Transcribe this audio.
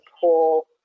pull